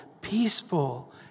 peaceful